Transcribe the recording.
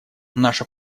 наша